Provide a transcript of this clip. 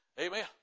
Amen